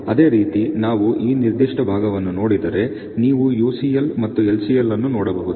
ಅದೇ ರೀತಿ ನಾವು ಈ ನಿರ್ದಿಷ್ಟ ಭಾಗವನ್ನು ನೋಡಿದರೆ ನೀವು UCL ಮತ್ತು LCL ಅನ್ನು ನೋಡಬಹುದು